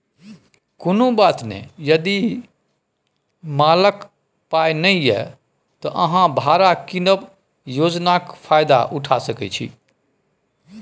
कुनु बात नहि यदि मालक पाइ नहि यै त अहाँ भाड़ा कीनब योजनाक फायदा उठा सकै छी